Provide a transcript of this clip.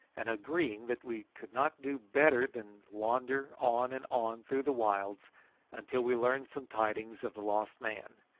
and agreeing that we could not do better than wander on and on through the wilds until we learned some tidings of the lost man,